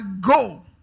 go